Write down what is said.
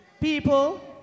People